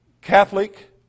Catholic